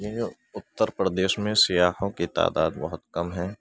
اتّر پردیش میں سیاحوں کی تعداد بہت کم ہے